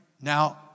Now